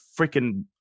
freaking